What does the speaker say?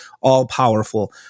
all-powerful